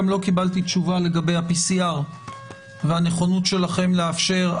גם לא קיבלתי תשובה לגבי ה-PCR והנכונות שלכם לאפשר,